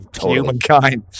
humankind